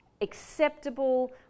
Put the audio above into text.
acceptable